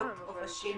עובשים.